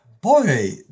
boy